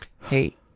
Hey